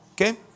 Okay